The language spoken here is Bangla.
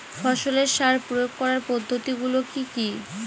ফসলের সার প্রয়োগ করার পদ্ধতি গুলো কি কি?